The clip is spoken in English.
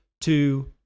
two